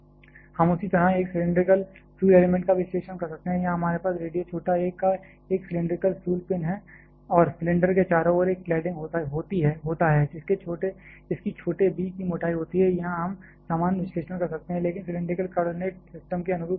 हम उसी तरह एक सिलैंडरिकल फ्यूल एलिमेंट का विश्लेषण कर सकते हैं यहां हमारे पास रेडियस छोटा a का एक सिलैंडरिकल फ्यूल पिन है और सिलेंडर के चारों ओर एक क्लैड्डिंग होता है जिसकी छोटे b की मोटाई होती है यहां हम समान विश्लेषण कर सकते हैं लेकिन सिलैंडरिकल कोऑर्डिनेट सिस्टम के अनुरूप चलते हुए